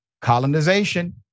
colonization